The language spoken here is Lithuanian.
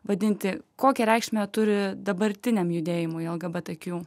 vadinti kokią reikšmę turi dabartiniam judėjimui lgbt kjū